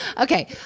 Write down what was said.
Okay